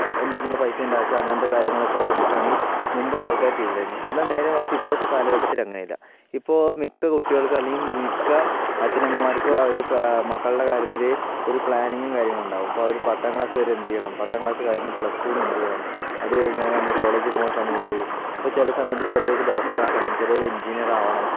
എന്തെങ്കിലും പൈസ ഉണ്ടാക്കുക അങ്ങനത്തെ കാര്യങ്ങളൊക്കെ വേണ്ടിയിട്ടാണ് മുമ്പുള്ള ആൾക്കാർ ചെയ്തിട്ടുണ്ടായിരുന്നത് എന്നാൽ നേരെ മറിച്ച് ഇപ്പോഴത്തെ കാലഘട്ടത്തിലങ്ങനെയല്ല ഇപ്പോൾ മിക്ക കുട്ടികൾക്കും അല്ലെങ്കിൽ മിക്ക അച്ഛനമ്മമാർക്കും അവർ മക്കളുടെ കാര്യത്തിൽ ഒരു പ്ലാനിങ്ങും കാര്യങ്ങളുമുണ്ടാവും ഇപ്പോൾ അവർ പത്താം ക്ലാസ്സുവരെ എന്തു ചെയ്യണം പത്താം ക്ലാസ്സു കഴിഞ്ഞ് പ്ലസ് ടുവിന് എന്തു ചെയ്യണം അത് കഴിഞ്ഞാൽ നമ്മൾ കോളേജിൽ പോവണ സമയത്ത് ഇപ്പോൾ ചില സമയത്ത് ചിലർക്ക് ഡോക്ടറാക്കണം ചിലവർ എൻജിനിയറാവണം